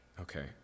Okay